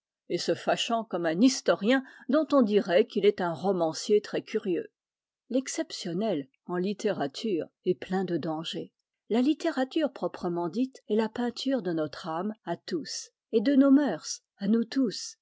et se fâchant comme un historien dont on dirait qu'il est un romancier très curieux l'exceptionnel en littérature est plein de danger la littérature proprement dite est la peinture de notre âme à tous et de nos mœurs à nous tous